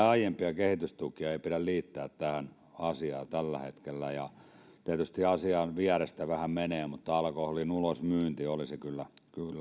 aiempia kehitystukia ei pidä liittää tähän asiaan tällä hetkellä ja tietysti asian vierestä vähän menee mutta alkoholin ulosmyynti olisi kyllä